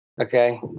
Okay